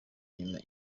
nyuma